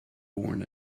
born